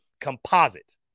composite